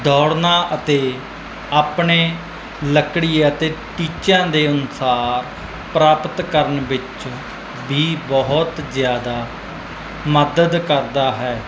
ਦੌੜਨਾ ਅਤੇ ਆਪਣੇ ਲੱਕੜੀ ਅਤੇ ਟੀਚਿਆਂ ਦੇ ਅਨੁਸਾਰ ਪ੍ਰਾਪਤ ਕਰਨ ਵਿੱਚ ਵੀ ਬਹੁਤ ਜ਼ਿਆਦਾ ਮਦਦ ਕਰਦਾ ਹੈ